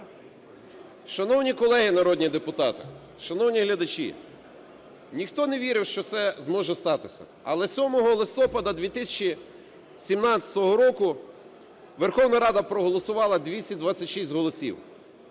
Шановні колеги народні депутати! Шановні глядачі! Ніхто не вірив, що це може статися, але 7 листопада 2017 року Верховна Рада проголосувала, 226 голосів.